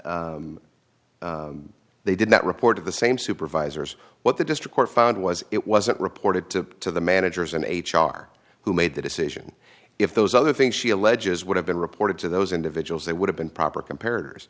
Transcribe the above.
they did not report of the same supervisors what the district court found was it wasn't reported to the managers and h r who made the decision if those other things she alleges would have been reported to those individuals they would have been proper compare